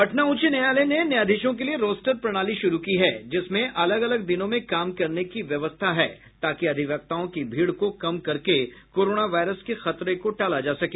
पटना उच्च न्यायालय ने न्यायाधीशों के लिए रोस्टर प्रणाली शुरू की है जिसमें अलग अलग दिनों में काम करने की व्यवस्था है ताकि अधिवक्ताओं की भीड़ को कम करके कोरोना वायरस के खतरे को टाला जा सके